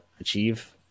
achieve